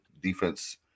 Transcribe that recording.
defense